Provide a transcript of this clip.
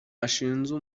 ashinja